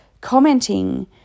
commenting